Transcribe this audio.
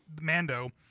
mando